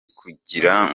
kugira